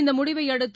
இந்த முடிவையடுத்து